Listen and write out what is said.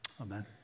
Amen